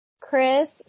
Chris